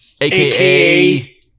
AKA